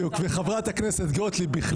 גם חברת הכנסת גוטליב.